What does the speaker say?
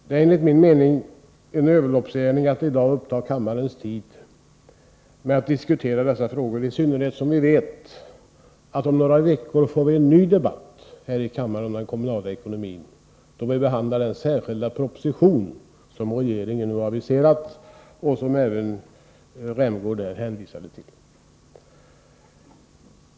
Det är enligt min mening en överloppsgärning att nu uppta kammarens tid med att diskutera dessa frågor, i synnerhet som vi vet att vi om några veckor får en ny debatt här om den kommunala ekonomin, då vi behandlar den särskilda proposition som regeringen har aviserat och som Rolf Rämgård även hänvisade till.